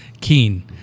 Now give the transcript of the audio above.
Keen